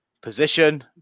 position